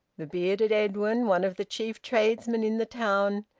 the bearded edwin, one of the chief tradesmen in the town,